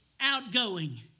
outgoing